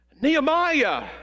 Nehemiah